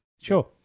sure